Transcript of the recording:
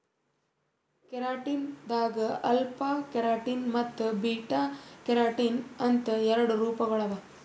keratin ದಾಗ್ alpha keratin ಮತ್ತ್ beta keratin ಅಂತ್ ಎರಡು ರೂಪಗೊಳ್ ಅವಾ